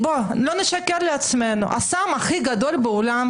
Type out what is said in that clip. בואו לא נשקר לעצמנו, הסם הכי גדול בעולם